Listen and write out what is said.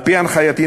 על-פי הנחייתי,